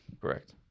Correct